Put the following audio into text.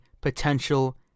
potential